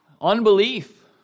unbelief